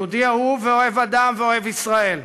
יהודי אהוב ואוהב אדם ואוהב ישראל,